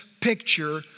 picture